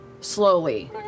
slowly